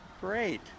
Great